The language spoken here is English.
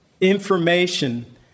information